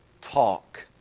talk